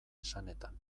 esanetan